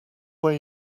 where